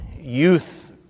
Youth